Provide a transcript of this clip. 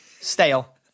Stale